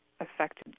affected